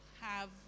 have-